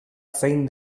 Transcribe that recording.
zein